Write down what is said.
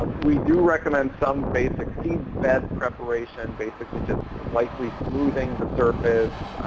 um we do recommend some basic seed bed preparation, basically just lightly smoothing the surface.